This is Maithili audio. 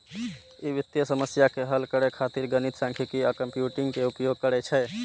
ई वित्तीय समस्या के हल करै खातिर गणित, सांख्यिकी आ कंप्यूटिंग के उपयोग करै छै